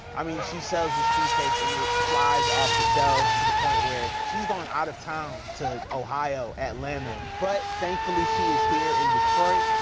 i mean she sells this cheesecake and it flies off the shelves to the point where she's going out of town to ohio, atlanta. but thankfully she is here in detroit,